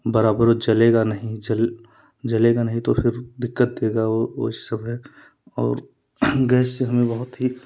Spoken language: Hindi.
बराबर वो जलेगा नहीं जल जलेगा नहीं तो फिर दिक्कत देगा वो उस समय और गैस से हमें बहुत ही